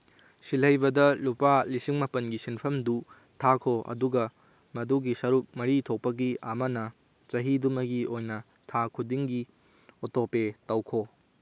ꯁꯤꯜꯍꯩꯕꯗ ꯂꯨꯄꯥ ꯂꯤꯁꯤꯡ ꯃꯥꯄꯟꯒꯤ ꯁꯦꯟꯐꯝꯗꯨ ꯊꯥꯈꯣ ꯑꯗꯨꯒ ꯃꯗꯨꯒꯤ ꯁꯔꯨꯛ ꯃꯔꯤ ꯊꯣꯛꯄꯒꯤ ꯑꯃꯅ ꯆꯍꯤꯗꯨꯃꯒꯤ ꯑꯣꯏꯅ ꯊꯥ ꯈꯨꯗꯤꯡꯒꯤ ꯑꯣꯇꯣꯄꯦ ꯇꯧꯈꯣ